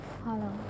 Hello